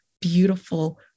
beautiful